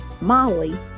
Molly